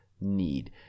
need